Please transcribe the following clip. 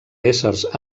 éssers